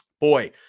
Boy